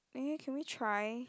eh can we try